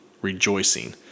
rejoicing